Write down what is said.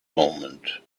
moment